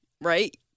right